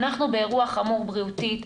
אנחנו באירוע חמור בריאותי,